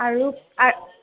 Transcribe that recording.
আৰু আ